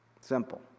Simple